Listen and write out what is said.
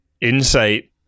insight